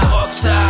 Rockstar